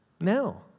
No